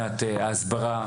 מבחינת ההסברה.